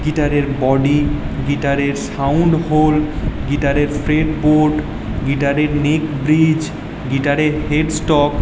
গিটারের বডি গিটারের sound hole গিটারের ফ্রেটবোর্ড গিটারের নেক ব্রিজ গিটারের হেডস্টক